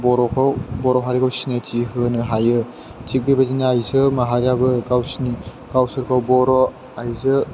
बर'खौ बर' हारिखौ सिनायथि होनो हायो थिख बेबायदिनो आइजो माहारियाबो गावसिनि गावसोरखौ बर' आइजो